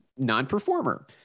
non-performer